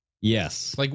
Yes